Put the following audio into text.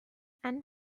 and